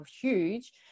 huge